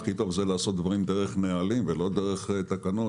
שהכי טוב לעשות דברים דרך נהלים ולא דרך תקנות.